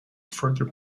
further